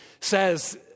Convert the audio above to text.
says